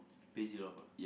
base it off ah